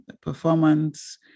performance